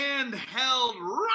Handheld